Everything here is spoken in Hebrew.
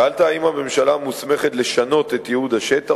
3. שאלת אם הממשלה מוסמכת לשנות את ייעוד השטח.